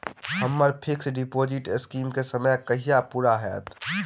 हम्मर fix deposit scheme केँ समय कहिया पूरा हैत?